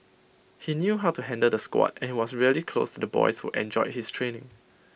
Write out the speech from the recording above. he knew how to handle the squad and he was really close to the boys who enjoyed his training